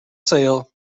sail